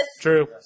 True